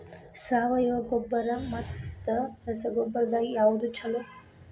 ಸಾವಯವ ಗೊಬ್ಬರ ಮತ್ತ ರಸಗೊಬ್ಬರದಾಗ ಯಾವದು ಛಲೋ?